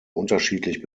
unterschiedlich